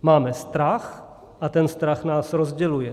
Máme strach a ten strach nás rozděluje.